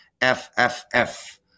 FFF